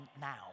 now